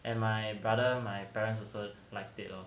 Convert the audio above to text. and my brother my parents also liked it lor